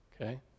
Okay